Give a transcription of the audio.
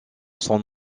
son